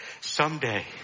Someday